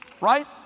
right